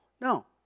No